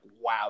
wow